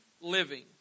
living